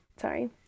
Sorry